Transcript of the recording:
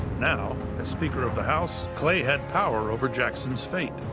now, as speaker of the house, clay had power over jackson's fate.